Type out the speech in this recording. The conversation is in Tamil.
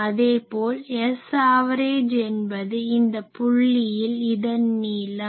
அதே போல் S ஆவரேஜ் என்பது இந்த புள்ளியில் இதன் நீளம்